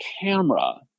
camera